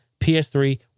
PS3